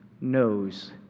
knows